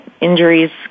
injuries